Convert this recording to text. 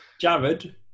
Jared